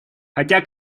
хотя